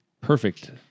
perfect